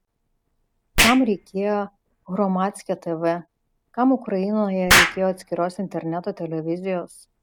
kam reikėjo hromadske tv kam ukrainoje reikėjo atskiros interneto televizijos